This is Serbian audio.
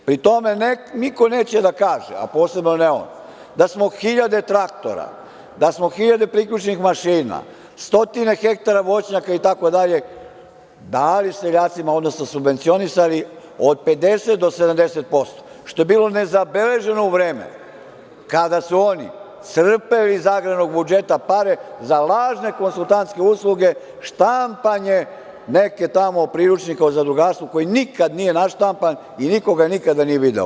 Pri tome, niko neće da kaže, a posebno ne on, da smo hiljade traktora, da smo hiljade priključnih mašina, stotine hektara voćnjaka itd, dali seljacima, odnosno subvencionisali od 50 do 70%, što je bilo nezabeleženo u vreme kada su oni crpeli iz agrarnog budžeta pare za lažne konsultantske usluge, štampanje nekog tamo priručnika o zadrugarstvu, koji nikada nije naštampan i niko ga nikada nije video.